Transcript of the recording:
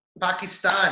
Pakistan